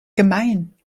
gemein